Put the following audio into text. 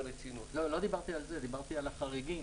לא דיברתי על זה, דיברתי על החריגים.